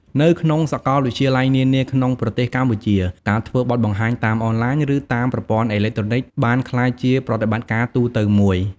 នៅក្នុងសកលវិទ្យាល័យនានាក្នុងប្រទេសកម្ពុជា ការធ្វើបទបង្ហាញតាមអនឡាញ ឬ តាមប្រព័ន្ធអេឡិចត្រូនិកបានក្លាយជាប្រតិបត្តិការទូទៅមួយ។